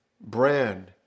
brand